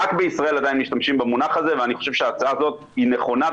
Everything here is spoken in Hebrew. רק בישראל עדיין משתמשים במונח הזה ולדעתי ההצעה הזאת נכונה,